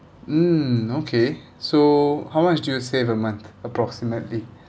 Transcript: mm okay so how much do you save a month approximately